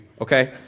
okay